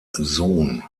sohn